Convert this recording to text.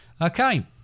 Okay